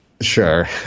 Sure